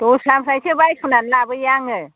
दस्रानिफ्रायसो बायस'नानै लाबोयो आङो